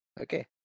okay